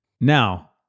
Now